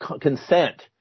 consent